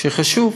זה חשוב.